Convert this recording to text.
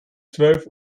zwölf